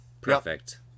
perfect